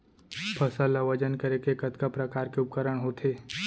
फसल ला वजन करे के कतका प्रकार के उपकरण होथे?